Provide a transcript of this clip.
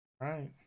right